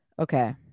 Okay